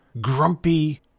grumpy